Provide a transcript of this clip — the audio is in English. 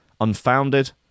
unfounded